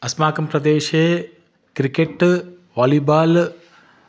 अस्माकं प्रदेशे cricket volleyball